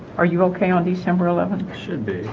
are you okay on december eleventh should be